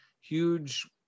huge